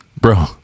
bro